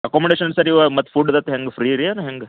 accommodation sir ಇವಾಗ ಮತ್ತೆ food ಇರತ್ತೋ ಹೆಂಗೆ ಫ್ರೀ ರೀ ಅದು ಹೆಂಗೆ